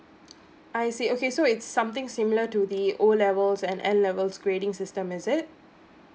I see okay so it's something similar to the O levels and A levels grading system is it